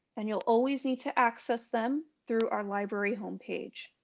and you'll always need to access them through our library home page.